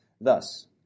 Thus